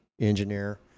engineer